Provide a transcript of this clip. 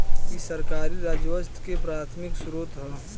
इ सरकारी राजस्व के प्राथमिक स्रोत ह